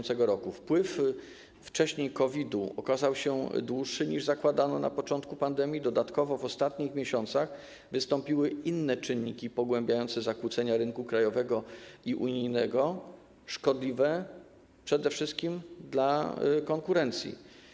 Wcześniejszy wpływ COVID-u okazał się dłuższy, niż zakładano na początku pandemii, dodatkowo w ostatnich miesiącach wystąpiły inne czynniki pogłębiające zakłócenia rynków krajowego i unijnego, szkodliwe przede wszystkim dla konkurencji.